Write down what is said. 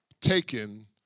taken